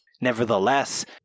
Nevertheless